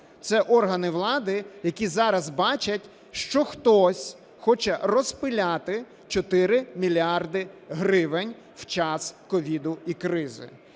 це органи влади, які зараз бачать, що хтось хоче розпиляти 4 мільярди гривень у час СOVID і кризи.